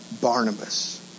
Barnabas